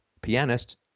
pianist